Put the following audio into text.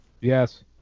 Yes